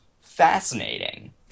fascinating